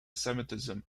semitism